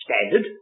standard